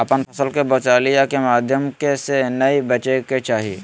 अपन फसल के बिचौलिया के माध्यम से नै बेचय के चाही